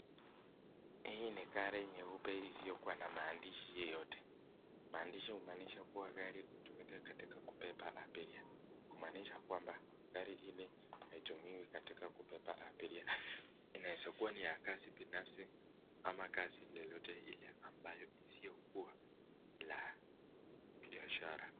Hii ni gari nyeupe isiyokuwa na maandishi yoyote, maandishi humaanisha kuwa gari hutumika katika kubeba abiria, kumaanisha kwamba gari hili haitumiwi katika kubeba abiria. Inaweza kuwa ni ya kazi binafsi ama kazi lolote ile ambayo isiyokuwa la kibiashara.